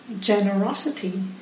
generosity